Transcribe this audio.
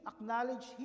acknowledge